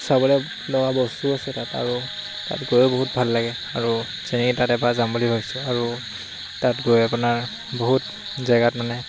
চাবলৈ লোৱা বস্তু আছে তাত আৰু তাত গৈও বহুত ভাল লাগে আৰু যেনেকৈ তাত এবাৰ যাম বুলি ভাবিছোঁ আৰু তাত গৈ আপোনাৰ বহুত জেগাত মানে